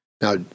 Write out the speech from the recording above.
Now